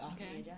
Okay